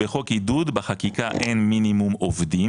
בחוק עידוד בחקיקה אין מינימום עובדים,